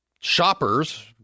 shoppers